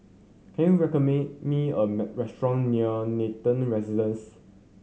can you me a restaurant near Nathan Residences